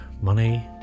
money